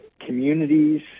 communities